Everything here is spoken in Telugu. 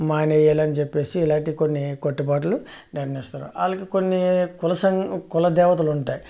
మానేయలని చెప్పేసి ఇలాంటి కొన్ని కట్టుబాట్లు నిర్ణయిస్తారు వాళ్ళకు కొన్ని కుల సంఘ కుల దేవతలుంటాయి